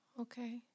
Okay